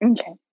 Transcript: Okay